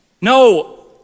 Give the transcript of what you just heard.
no